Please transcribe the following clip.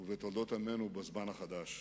ובתולדות עמנו בזמן החדש.